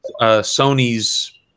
Sony's